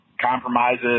compromises